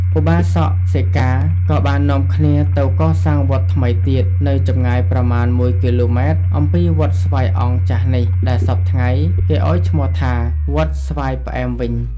ឧបាសក-សិកា ក៏បាននាំគ្នាទៅកសាងវត្តថ្មីទៀត នៅចម្ងាយប្រមាណ ១ គ.ម. អំពីវត្តស្វាយអង្គចាស់នេះ ដែលសព្វថ្ងៃគេឲ្យឈ្មោះថា "វត្តស្វាយ ផ្អែម" វិញ ។